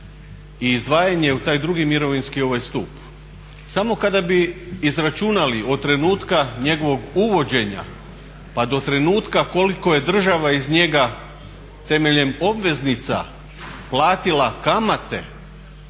i izdvajanje u taj drugi mirovinski stup, samo kada bi izračunali od trenutka njegovog uvođenja, pa do trenutka koliko je država iz njega temeljem obveznica platila kamate